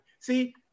See